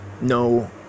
no